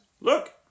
look